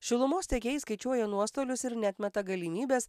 šilumos tiekėjai skaičiuoja nuostolius ir neatmeta galimybės